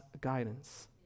guidance